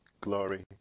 glory